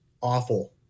awful